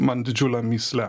man didžiule mįsle